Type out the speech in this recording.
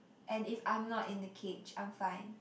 and if I'm not in the cage I'm fine